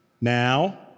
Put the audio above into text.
now